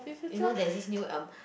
you know there's this new um